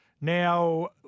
Now